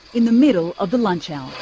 in the middle of the lunch-hour.